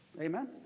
Amen